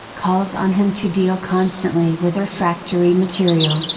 calls on him to deal constantly with refractory material.